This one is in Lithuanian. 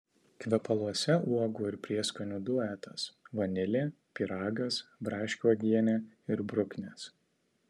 kvepaluose uogų ir prieskonių duetas vanilė pyragas braškių uogienė ir bruknės